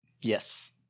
yes